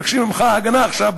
מבקשים ממך הגנה עכשיו,